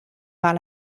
par